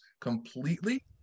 Completely